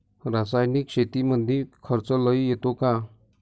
रासायनिक शेतीमंदी खर्च लई येतो का?